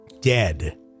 dead